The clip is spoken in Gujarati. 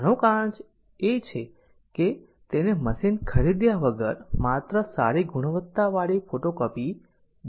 આનું કારણ છે કે તેને મશીન ખરીદ્યા વગર માત્ર સારી ગુણવત્તા વારી ફોટોકપી જોઈએ છીએ